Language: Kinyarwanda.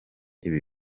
ibi